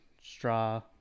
straw